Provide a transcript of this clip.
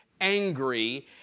angry